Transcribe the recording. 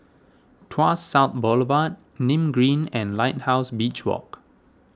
Tuas South Boulevard Nim Green and Lighthouse Beach Walk